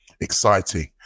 exciting